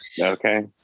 Okay